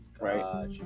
right